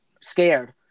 scared